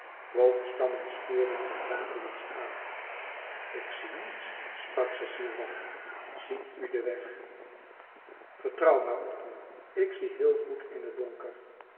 boomstammen schuurden zij rakelings aan ik zie niets sprak cecile lachend ziet u den weg vertrouw maar op me ik zie heel goed in het donker